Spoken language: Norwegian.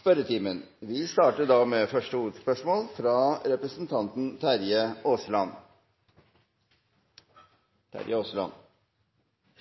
spørretimen. Vi starter med første hovedspørsmål, fra representanten Terje Aasland.